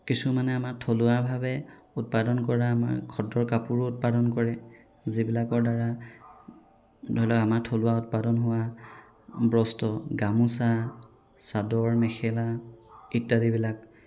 কিছুমানে আমাৰ থলুৱাভাৱে উৎপাদন কৰা আমাৰ খদ্দৰ কাপোৰো উৎপাদন কৰে যিবিলাকৰ দ্বাৰা ধৰি লওক আমাৰ থলুৱা উৎপাদন হোৱা বস্ত্ৰ গামোচা চাদৰ মেখেলা ইত্যাদিবিলাক